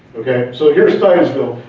okay? so here's titusville,